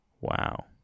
Wow